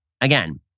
again